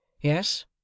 Yes